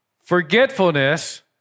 Forgetfulness